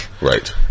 right